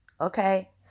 Okay